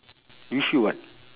you should [what]